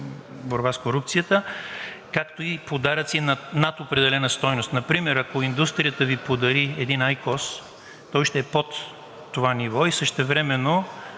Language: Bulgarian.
борба с корупцията, както и подаръци над определена стойност. Например, ако индустрията Ви подари един айкос, той ще е под това ниво. Същевременно